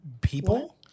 people